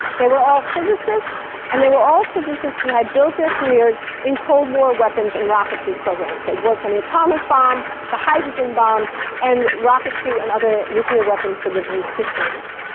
they were all physicists and they were all physicists who had built their careers in cold war weapons and rocketry programs. they'd worked on the atomic bomb, the hydrogen bomb and rocketry and other nuclear weapons delivery systems.